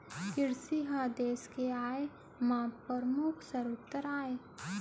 किरसी ह देस के आय म परमुख सरोत आय